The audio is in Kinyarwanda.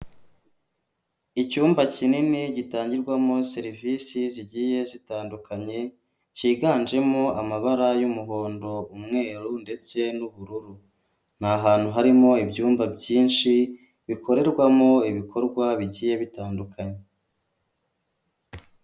Icyumba kinini gitangirwamo serivisi zigiye zitandukanye, cyiganjemo amabara y'umuhondo, umweru ndetse n'ubururu, ni ahantu harimo ibyumba byinshi bikorerwamo ibikorwa bigiye bitandukanye.